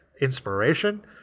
inspiration